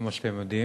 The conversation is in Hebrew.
כמו שאתם יודעים,